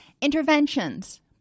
Interventions